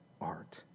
art